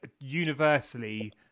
universally